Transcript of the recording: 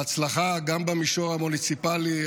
ההצלחה גם במישור המוניציפלי,